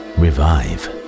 revive